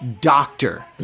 doctor